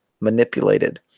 manipulated